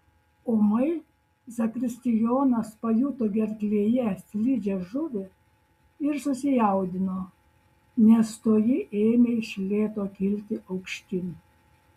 ūmai zakristijonas pajuto gerklėje slidžią žuvį ir susijaudino nes toji ėmė iš lėto kilti aukštyn